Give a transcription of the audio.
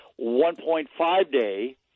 1.5-day